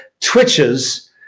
Twitches